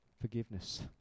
forgiveness